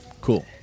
Cool